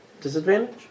disadvantage